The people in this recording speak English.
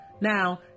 Now